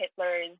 Hitler's